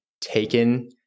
taken